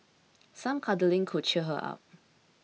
some cuddling could cheer her up